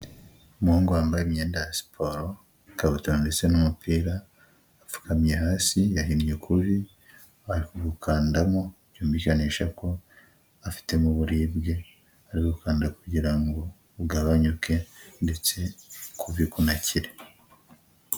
Umuhungu wambaye imyenda ya siporo, ikabutura ndetse n'umupira, apfukamye hasi yahinnye ukuvi, ari kugundamo byumvikanisha ko afitemo uburiribwe, ari gukanda kugira ngo bugabanyuke ndetse ukuvi kunakire.